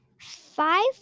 Five